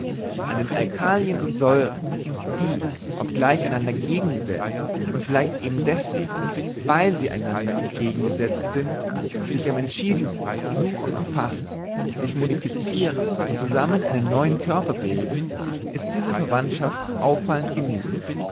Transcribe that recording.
an den alkalien und säuren die obgleich einander entgegengesetzt und vielleicht eben deswegen weil sie einander entgegengesetzt sind sich am entschiedensten suchen und fassen sich modifizieren und zusammen einen neuen körper bilden ist diese verwandtschaft auffallend genug